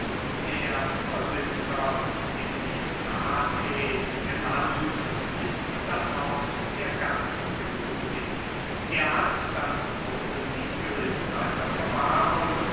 der vorsitzer epistates genannt ist das haupt der ganzen republik er hat das große siegel in seiner verwahrung